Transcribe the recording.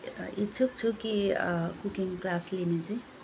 इच्छुक छु कि कुकिङ क्लास लिने चाहिँ